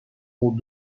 ont